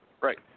Right